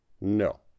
No